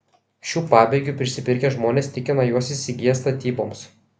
šių pabėgių prisipirkę žmonės tikina juos įsigiję statyboms